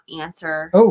answer